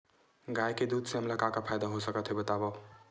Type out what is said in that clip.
गाय के दूध से हमला का का फ़ायदा हो सकत हे बतावव?